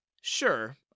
Sure